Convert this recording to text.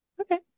Okay